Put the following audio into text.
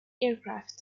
aircraft